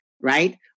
right